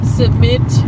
submit